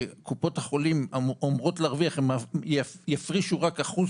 שקופות החולים אמורות להרוויח הן יפרישו רק אחוז